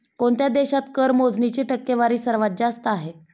कोणत्या देशात कर मोजणीची टक्केवारी सर्वात जास्त आहे?